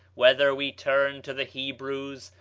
whether we turn to the hebrews,